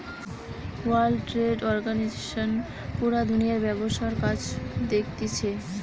world trade organisation পুরা দুনিয়ার ব্যবসার কাজ দেখতিছে